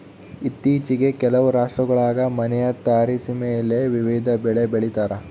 ಇತ್ತೀಚಿಗೆ ಕೆಲವು ರಾಷ್ಟ್ರಗುಳಾಗ ಮನೆಯ ತಾರಸಿಮೇಲೆ ವಿವಿಧ ಬೆಳೆ ಬೆಳಿತಾರ